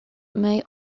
may